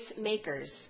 makers